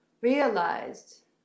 realized